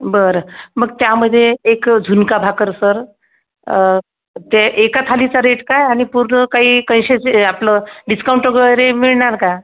बरं मग त्यामध्ये एक झुणका भाकर सर ते एका थालीचा रेट काय आणि पूर्ण काही कंशेसे ए आपलं डिकाऊंट वगैरे मिळणार का